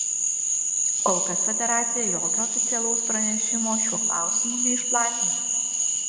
kol kas federacija jokio oficialaus pranešimo šiuo klausimu neišplatino